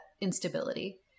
instability